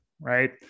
right